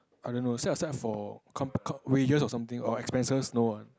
I don't know set aside for com~ com~ wages or something or expenses no one